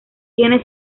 tiene